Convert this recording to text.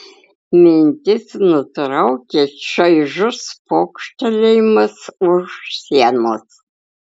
mintis nutraukė čaižus pokštelėjimas už sienos